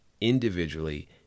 individually